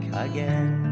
again